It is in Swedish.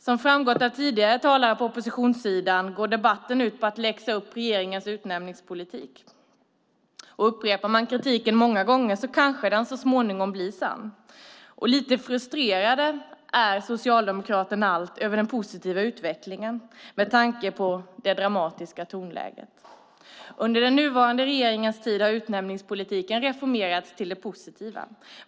Som framgått av tidigare talare på oppositionssidan går debatten ut på att läxa upp regeringen för utnämningspolitiken. Upprepar man kritiken många gånger kanske den så småningom blir sann. Socialdemokraterna är allt lite frustrerade över den positiva utvecklingen med tanke på det dramatiska tonläget. Under den nuvarande regeringens tid har utnämningspolitiken reformerats till det positiva.